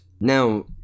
now